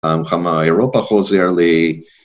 כמה אירופה חוזר ל...